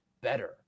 better